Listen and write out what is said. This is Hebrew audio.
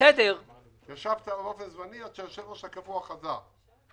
עד שהיושב-ראש הקבוע חזר.